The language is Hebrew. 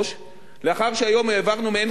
לאחר שהיום העברנו מעין חצי תקציב,